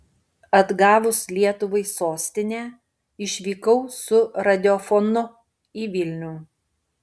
atgavus lietuvai sostinę išvykau su radiofonu į vilnių